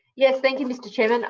yes. thank you, mr chair. and